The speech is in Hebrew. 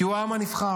כי הוא העם הנבחר,